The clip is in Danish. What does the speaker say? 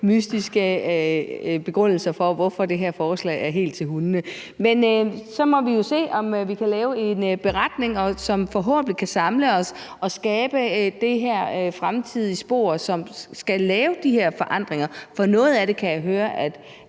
mystiske begrundelser for, hvorfor et forslag er helt til hundene. Men så må vi jo se, om vi kan lave en beretning, som forhåbentlig kan samle os og skabe det her fremtidige spor, som skal lave de her forandringer. For noget af det kan jeg høre at